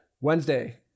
Wednesday